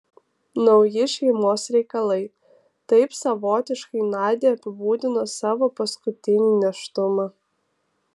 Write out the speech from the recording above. nauji šeimos reikalai taip savotiškai nadia apibūdino savo paskutinį nėštumą